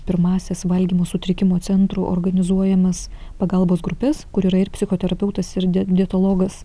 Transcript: pirmąsias valgymo sutrikimo centrų organizuojamas pagalbos grupes kur yra ir psichoterapeutas ir die dietologas